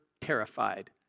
terrified